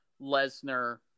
Lesnar